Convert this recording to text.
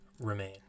remain